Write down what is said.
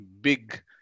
big